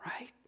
Right